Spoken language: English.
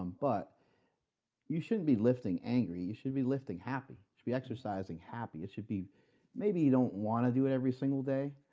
um but you shouldn't be lifting angry. you should be lifting happy. you should be exercising happy. it should be maybe you don't want to do it every single day,